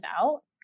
out